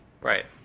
Right